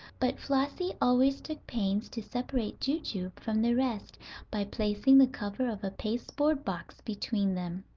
but flossie always took pains to separate jujube from the rest by placing the cover of a pasteboard box between them.